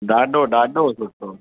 ॾाढो ॾाढो सुठो